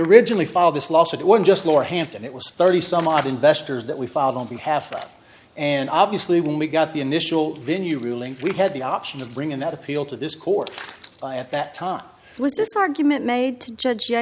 originally filed this lawsuit it would just lower hampton it was thirty some odd investors that we filed on behalf and obviously when we got the initial venue ruling we had the option of bringing that appeal to this court by at that time was this argument made to judge y